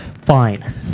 fine